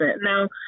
Now